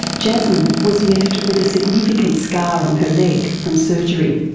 jasmine was left with a significant scar on her leg from surgery.